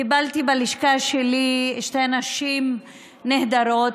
קיבלתי בלשכה שלי שתי נשים נהדרות,